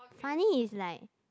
funny is like